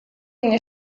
mnie